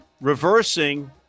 reversing